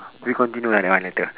we continue ah that one later